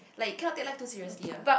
like you kind of take life too seriously ah